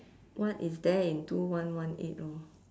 what is there in two one one eight lor